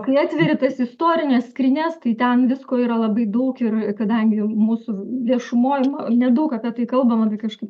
kai atveri tas istorines skrynias tai ten visko yra labai daug ir kadangi mūsų viešumoj nedaug apie tai kalbama tai kažkaip